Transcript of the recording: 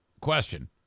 Question